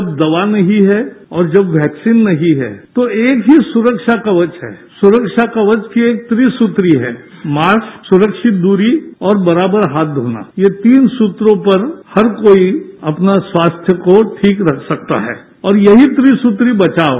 जब दवा नहीं है और जब वैक्सीन नहीं हैतो सुरक्षा कवच के त्री सूत्र ही हैं मास्क सुरक्षित दूरी और बराबर हाथ धोना ये तीन सूत्रों पर हर कोई अपना स्वास्थ्य को ठीक रख सकता है और यही त्री सूत्री बचाव है